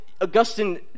Augustine